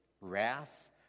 wrath